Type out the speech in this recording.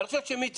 אני חושב שמיצינו,